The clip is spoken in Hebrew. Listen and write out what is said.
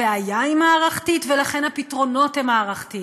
הבעיה היא מערכתית, ולכן הפתרונות הם מערכתיים.